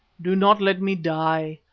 do not let me die.